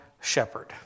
shepherd